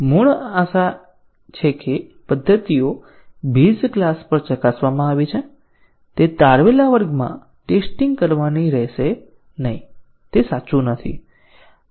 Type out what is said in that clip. મૂળ આશા છે કે પદ્ધતિઓ બેઝ ક્લાસ પર ચકાસવામાં આવી છે તે તારવેલા વર્ગમાં ટેસ્ટીંગ કરવાની રહેશે નહીં તે સાચું નથી